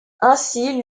ainsi